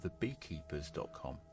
thebeekeepers.com